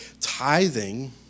tithing